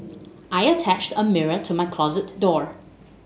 I attached a mirror to my closet door